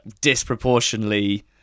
disproportionately